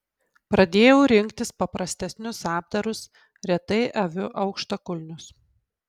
pradėjau rinktis paprastesnius apdarus retai aviu aukštakulnius